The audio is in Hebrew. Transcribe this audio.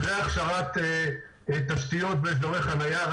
אחרי הכשרת תשתיות ואזורי חניה,